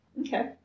Okay